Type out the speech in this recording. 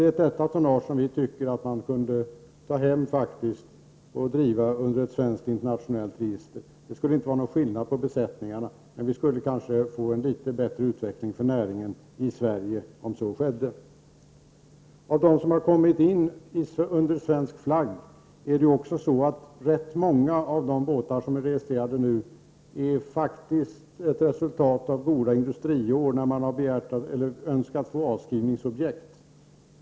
Det är detta tonnage som vi moderater tycker att man skulle ta hem och driva under ett svenskt internationellt register. Det skulle inte vara någon skillnad på besättningarna, men vi kanske skulle få en litet bättre utveckling för näringen i Sverige om så skedde. Rätt många av de fartyg som har kommit in under svensk flagg nu är ett resultat av goda industriår då man har önskat få avskrivningsobjekt.